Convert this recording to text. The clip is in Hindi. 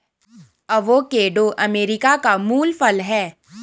अवोकेडो अमेरिका का मूल फल है